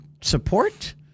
support